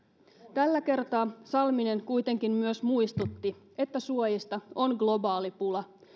tällä kertaa salminen kuitenkin myös muistutti että suojista on globaali pula